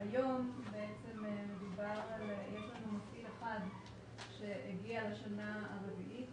יש לנו מפעיל אחד שהגיע לשנה הרביעית